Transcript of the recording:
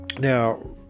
now